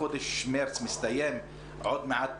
חודש מרץ מסתיים, עוד מעט